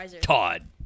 Todd